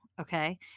Okay